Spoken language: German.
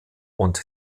und